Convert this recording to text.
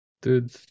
dude